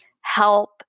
help